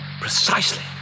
Precisely